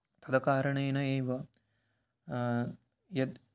तत्कारणेन एव यत्